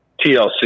TLC